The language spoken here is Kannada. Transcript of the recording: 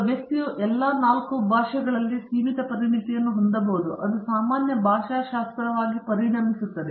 ಒಬ್ಬ ವ್ಯಕ್ತಿಯು ಎಲ್ಲ 4 ಭಾಷೆಗಳಲ್ಲಿ ಸೀಮಿತ ಪರಿಣತಿಯನ್ನು ಹೊಂದಬಹುದು ಅದು ಸಾಮಾನ್ಯ ಭಾಷಾಶಾಸ್ತ್ರವಾಗಿ ಪರಿಣಮಿಸುತ್ತದೆ